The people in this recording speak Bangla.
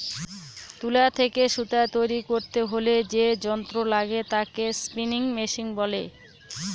তুলা থেকে সুতা তৈরী করতে হলে যে যন্ত্র লাগে তাকে স্পিনিং মেশিন বলে